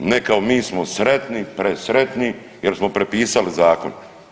Ne kao mi smo sretni, presretni jer smo prepisali zakon.